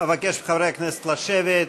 אבקש מחברי הכנסת לשבת.